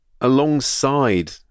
alongside